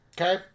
okay